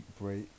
break